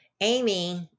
Amy